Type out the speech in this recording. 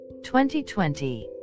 2020